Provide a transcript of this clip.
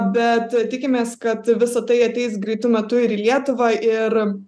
bet tikimės kad visa tai ateis greitu metu ir į lietuvą ir